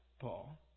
Paul